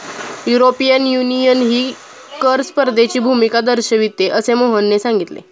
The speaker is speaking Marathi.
युरोपियन युनियनही कर स्पर्धेची भूमिका दर्शविते, असे मोहनने सांगितले